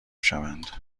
شوند